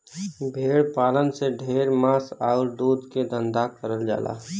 भेड़ पालन से ढेर मांस आउर दूध के धंधा करल जाला